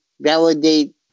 validate